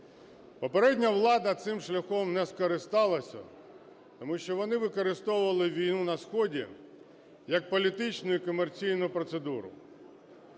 Попередня влада цим шляхом не скористалася, тому що вони використовували війну на сході як політичну і комерційну процедуру.